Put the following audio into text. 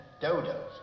Dodos